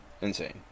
insane